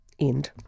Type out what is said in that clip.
end